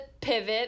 pivot